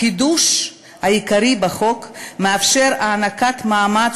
החידוש העיקרי בחוק מאפשר הענקת מעמד